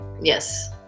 Yes